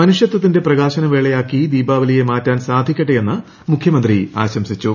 മനുഷ്യത്തിന്റെ പ്രകാശന വേളയാക്കി ദീപാവലിയെ മാറ്റാൻ സാധിക്കട്ടെ എന്ന് മുഖ്യമന്ത്രി ആശംസിച്ചു